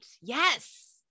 Yes